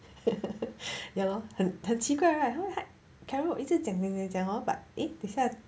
ya lor 很奇怪 right karen 一直讲讲讲 hor but eh 等一下